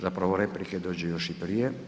Zapravo replike dođu još i prije.